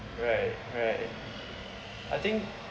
right right I think